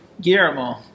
guillermo